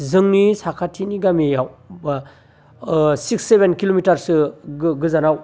जोंनि साखाथिनि गामिआव सिक्स सेभेन किल'मिटारसो गोजानाव